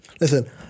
Listen